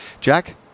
Jack